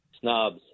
snobs